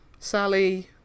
Sally